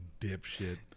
dipshit